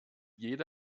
jede